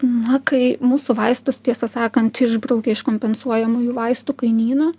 na kai mūsų vaistus tiesą sakant išbraukė iš kompensuojamųjų vaistų kainyno